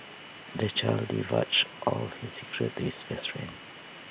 the child divulged all his secrets to his best friend